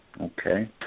okay